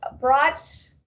brought